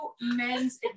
men's